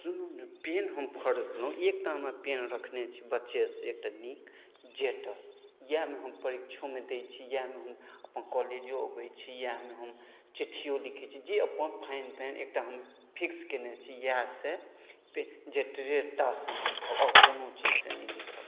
PAN हम खरीदलहुँ एकटा हमरा पेन रखने छी बच्चेसँ एकटा नीक जेटर इएहमे हम परीक्षोमे दै छी इएहमे हम अपन कॉलेजो अबैत छी इएहमे हम चिठ्ठियो लिखैत छी जे अपन फाइन ताइन एकटा हम फिक्स कयने छी इएह से जेटरे टासँ लिखब आओर कओनो चीजसँ नहि लिखब